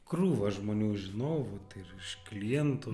krūvą žmonių žinau va ir iš klientų